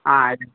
అయి